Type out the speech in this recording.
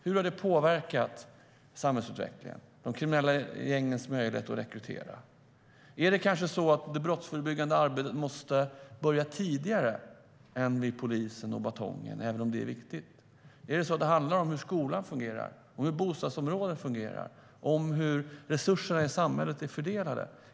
Hur har det påverkat samhällsutvecklingen och de kriminella gängens möjlighet att rekrytera? Är det kanske så att det brottsförebyggande arbetet måste börja tidigare än med polisen och batongen, även om det är viktigt? Handlar det om hur skola och bostadsområden fungerar och om hur resurserna i samhället är fördelade?